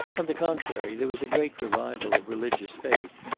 on the contrary, there was a great revival of religious faith.